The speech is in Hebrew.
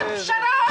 עוד פשרה,